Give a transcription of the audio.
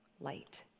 light